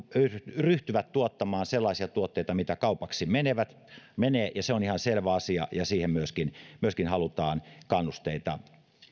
ryhtyvät tuottamaan sellaisia tuotteita mitkä kaupaksi menevät se on ihan selvä asia ja siihen myöskin myöskin halutaan kannusteita